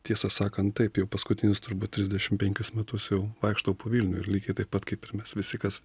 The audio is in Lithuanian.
tiesą sakant taip jau paskutinius turbūt trisdešimt penkis metus jau vaikštau po vilnių ir lygiai taip pat kaip ir mes visi kas